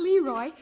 Leroy